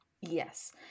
yes